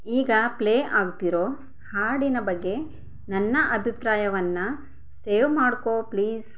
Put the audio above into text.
ಈಗ ಪ್ಲೇ ಆಗ್ತಿರೊ ಹಾಡಿನ ಬಗ್ಗೆ ನನ್ನ ಅಭಿಪ್ರಾಯವನ್ನ ಸೇವ್ ಮಾಡಿಕೊ ಪ್ಲೀಸ್